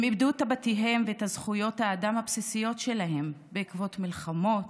הם איבדו את בתיהם ואת זכויות האדם הבסיסיות שלהם בעקבות מלחמות,